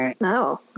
No